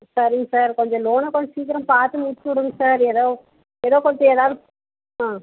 சரிங்க சார் கொஞ்சம் லோனை கொஞ்சம் சீக்கிரம் பார்த்து முடிச்சிவிடுங்க சார் ஏதோ ஏதோ கொஞ்சம் ஏதாவது ஆ